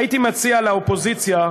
הייתי מציע לאופוזיציה,